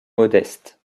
modeste